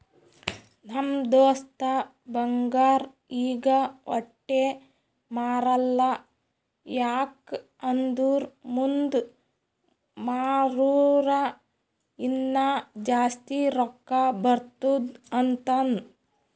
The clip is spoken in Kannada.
ನಮ್ ದೋಸ್ತ ಬಂಗಾರ್ ಈಗ ವಟ್ಟೆ ಮಾರಲ್ಲ ಯಾಕ್ ಅಂದುರ್ ಮುಂದ್ ಮಾರೂರ ಇನ್ನಾ ಜಾಸ್ತಿ ರೊಕ್ಕಾ ಬರ್ತುದ್ ಅಂತಾನ್